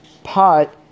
pot